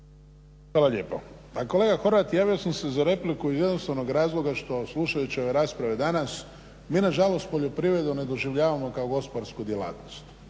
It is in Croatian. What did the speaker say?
Hvala lijepo. Pa kolega Horvat javio sam se za repliku iz jednostavnog razloga što slušajući ove rasprave danas mi na žalost poljoprivredu ne doživljavamo kao gospodarsku djelatnost.